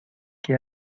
que